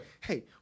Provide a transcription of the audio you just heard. Hey